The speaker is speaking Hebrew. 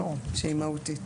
שהיא מהותית.